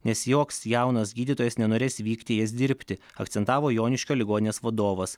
nes joks jaunas gydytojas nenorės vykti į jas dirbti akcentavo joniškio ligoninės vadovas